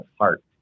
heart